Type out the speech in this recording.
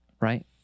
right